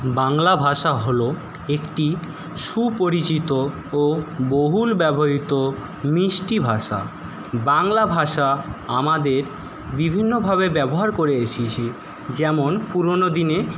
বাংলাভাষা হল একটি সুপরিচিত ও বহুল ব্যবহৃত মিষ্টি ভাষা বাংলাভাষা আমাদের বিভিন্নভাবে ব্যবহার করে এসেছে যেমন পুরনো দিনে